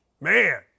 man